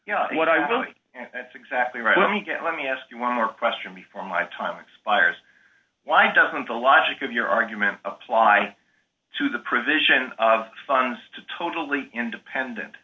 you know what i believe and that's exactly right let me get let me ask you one more question before my time expires why doesn't the logic of your argument apply to the provision of funds to totally independent